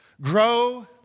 grow